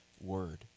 word